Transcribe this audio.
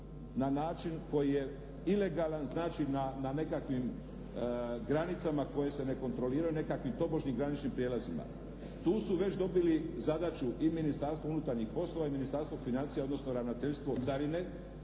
na način koji je ilegalan, znači na nekakvim granicama koje se ne kontroliraju, nekakvim tobožnjim graničnim prijelazima. Tu su već dobili zadaću i Ministarstvo unutarnjih poslova i Ministarstvo financija odnosno Ravnateljstvo carine